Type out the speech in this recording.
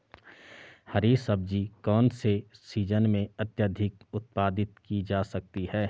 हरी सब्जी कौन से सीजन में अत्यधिक उत्पादित की जा सकती है?